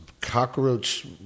cockroach